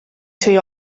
suoi